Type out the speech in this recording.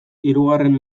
hirugarren